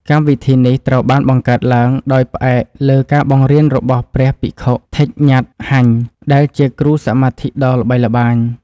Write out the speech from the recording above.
កម្មវិធីនេះត្រូវបានបង្កើតឡើងដោយផ្អែកលើការបង្រៀនរបស់ព្រះភិក្ខុ ថិច ញ៉ាត់ ហាញ់ ដែលជាគ្រូសមាធិដ៏ល្បីល្បាញ។